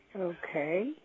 okay